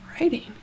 writing